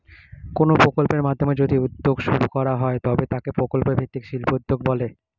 কোনো প্রকল্পের মাধ্যমে যদি উদ্যোগ শুরু করা হয় তবে তাকে প্রকল্প ভিত্তিক শিল্পোদ্যোগ বলে